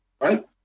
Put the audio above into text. Right